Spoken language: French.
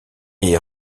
est